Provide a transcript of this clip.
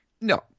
No